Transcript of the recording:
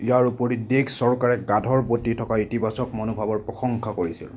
ইয়াৰ উপৰিও দেশ চৰকাৰে গাধৰ প্ৰতি থকা ইতিবাচক মনোভাৱৰ প্ৰশংসা কৰিছিল